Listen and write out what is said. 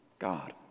God